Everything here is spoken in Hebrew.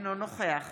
אינו נוכח